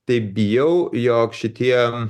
taip bijau jog šitie